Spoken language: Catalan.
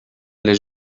les